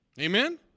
Amen